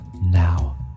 now